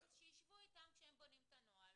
אז שיישבו אתם כשהם בונים את הנוהל